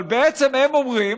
אבל בעצם הם אומרים